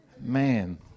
Man